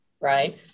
right